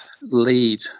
lead